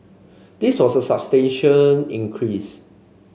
this was a substantial increase